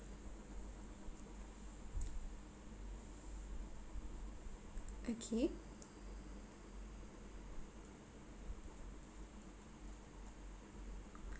okay